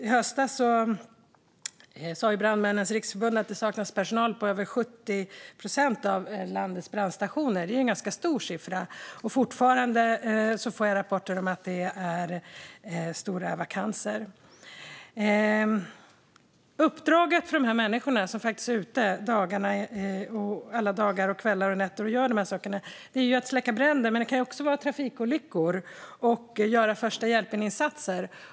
I höstas sa Brandmännens Riksförbund att det saknades personal på över 70 procent av landets brandstationer, vilket är en ganska hög siffra, och jag får fortfarande rapporter om att det är stora vakanser. Uppdraget för dessa människor som faktiskt är ute alla dagar, kvällar och nätter är ju att släcka bränder, men det kan också vara insatser vid trafikolyckor - första hjälpen-insatser.